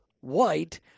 White